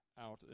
Out